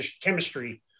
chemistry